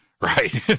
Right